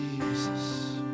Jesus